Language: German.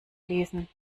fließen